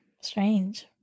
strange